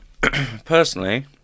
personally